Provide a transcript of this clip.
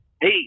hey